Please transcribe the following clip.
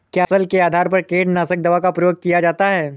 क्या फसल के आधार पर कीटनाशक दवा का प्रयोग किया जाता है?